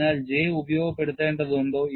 അതിനാൽ J ഉപയോഗപ്പെടുത്തേണ്ടതുണ്ടോ